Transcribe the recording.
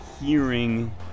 hearing